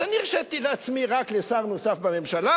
אז אני הרשיתי לעצמי רק לשר נוסף בממשלה,